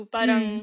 Parang